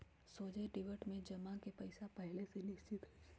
सोझे डेबिट में जमा के पइसा पहिले से निश्चित होइ छइ